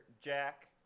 Jack